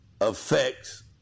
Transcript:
affects